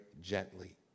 gently